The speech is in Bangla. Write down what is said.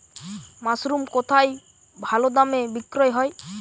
মাসরুম কেথায় ভালোদামে বিক্রয় হয়?